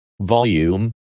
volume